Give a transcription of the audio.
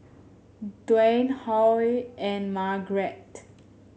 Dwan Huy and Margrett